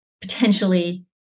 potentially